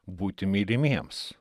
būti mylimiems